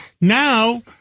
Now